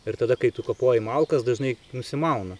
ir tada kai tu kapoji malkas dažnai nusimauna